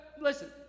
Listen